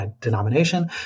denomination